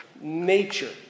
nature